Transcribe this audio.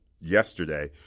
yesterday